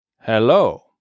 Hello